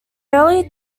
early